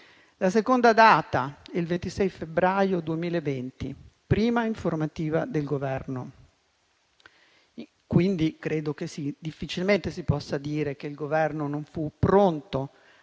La seconda data, il 26 febbraio 2020, è quella della prima informativa del Governo: credo che difficilmente si possa dire che il Governo non fu pronto